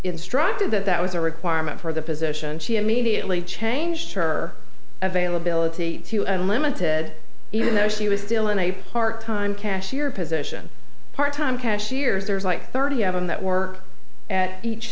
instructed that that was a requirement for the position she immediately changed her availability to unlimited even though she was still in a part time cashier position part time cashiers there's like thirty of them that work at each